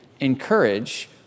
encourage